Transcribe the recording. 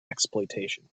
exploitation